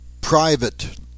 private